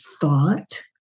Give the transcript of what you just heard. thought